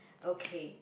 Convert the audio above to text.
okay